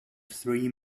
three